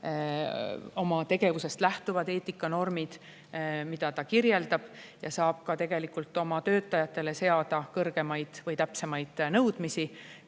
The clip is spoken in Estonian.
oma tegevusest lähtuvad eetikanormid, mida ta kirjeldab, ja saab seada oma töötajatele kõrgemaid või täpsemaid nõudmisi,